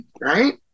right